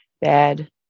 bad